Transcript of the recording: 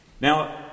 Now